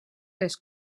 les